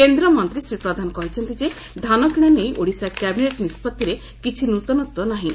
କେନ୍ଦ୍ରମନ୍ତୀ ଶ୍ରୀ ପ୍ରଧାନ କହିଛନ୍ତି ଯେ ଧାନକିଶା ନେଇ ଓଡ଼ିଶା କ୍ୟାବିନେଟ୍ ନିଷ୍ବଭିରେ କିଛି ନୂତନତ୍ୱ ନାହିଁ